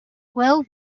well